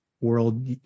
world